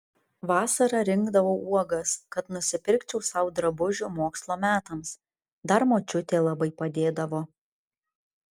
vasara rinkdavau uogas kad nusipirkčiau sau drabužių mokslo metams dar močiutė labai padėdavo